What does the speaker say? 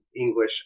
English